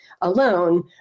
alone